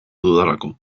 dudalako